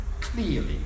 clearly